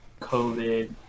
COVID